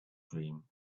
dream